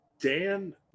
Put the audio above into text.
dan